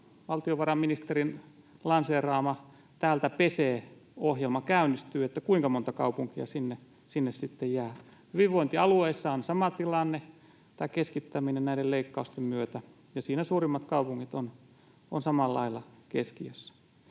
valtiovarainministerin lanseeraama täältä pesee -ohjelma käynnistyy, kuinka monta kaupunkia sinne sitten jää. Hyvinvointialueilla on sama tilanne, tämä keskittäminen näiden leikkausten myötä, ja siinä suurimmat kaupungit ovat samalla lailla keskiössä.